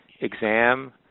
exam